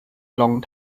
long